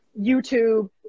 YouTube